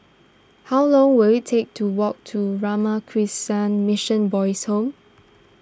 how long will it take to walk to Ramakrishna Mission Boys' Home